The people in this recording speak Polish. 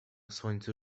słońcu